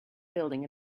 building